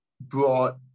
brought